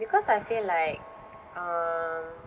because I feel like um